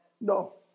No